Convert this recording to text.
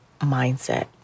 mindset